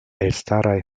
elstaraj